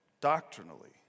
doctrinally